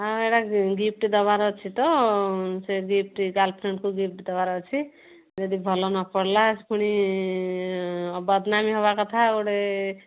ହଁ ସେଇଟା ଗିଫ୍ଟ୍ ଦେବାର ଅଛି ତ ସେ ଗିଫ୍ଟ ଗାର୍ଲଫ୍ରେଣ୍ଡ୍କୁ ଗିଫ୍ଟ୍ ଦେବାର ଅଛି ଯଦି ଭଲ ନ ପଡ଼ିଲା ଫୁଣି ବଦନାମୀ ହବା କଥା ଆଉ ଗୋଟେ